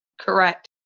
Correct